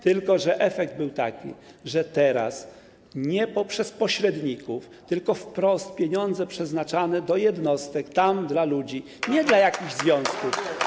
Tylko że efekt był taki, że teraz nie poprzez pośredników, tylko wprost przeznaczamy pieniądze do jednostek, tam, dla ludzi, nie dla jakichś związków.